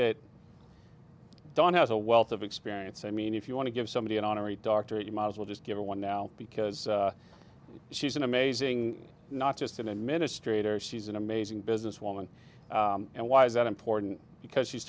that don has a wealth of experience i mean if you want to give somebody an honorary doctorate you might as well just get one now because she's an amazing not just an administrator she's an amazing businesswoman and why is that important because she's